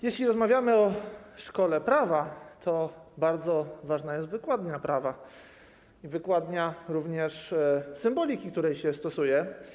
Jeśli rozmawiamy o szkole prawa, to bardzo ważna jest wykładnia prawa, również wykładnia symboliki, którą się stosuje.